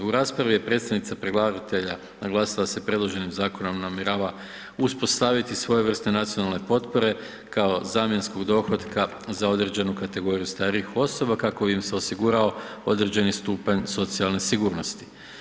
U raspravi je predstavnica predlagatelja naglasila da se predloženim zakonom namjerava uspostaviti svojevrsne nacionalne potpore kao zamjenskog dohotka za određenu kategoriju starijih osoba kako bi im se osigurao određeni stupanj socijalne sigurnosti.